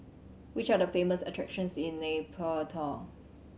which are the famous attractions in Nay Pyi Taw